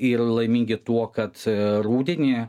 ir laimingi tuo kad rudenį